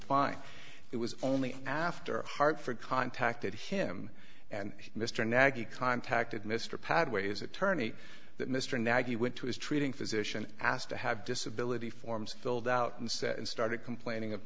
fine it was only after hartford contacted him and mr naggy contacted mr pathways attorney that mr naggy went to his treating physician asked to have disability forms filled out and said and started complaining of